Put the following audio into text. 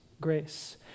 grace